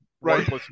Right